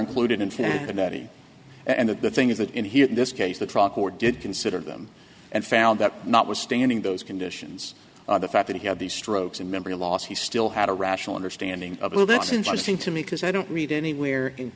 included in the neti and the good thing is that in here in this case the truck or did consider them and found that notwithstanding those conditions the fact that he had these strokes and memory loss he still had a rational understanding of well that's interesting to me because i don't read anywhere in